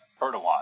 Erdogan